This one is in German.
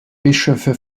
bischöfe